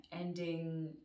ending